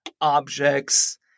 objects